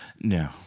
No